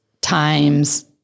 times